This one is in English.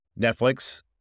Netflix